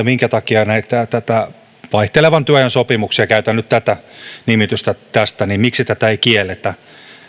minkä takia vaihtelevan työajan sopimuksia käytän nyt tätä nimitystä tästä ei kielletä